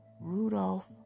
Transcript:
Rudolph